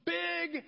big